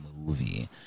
movie